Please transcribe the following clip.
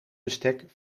bestek